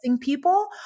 People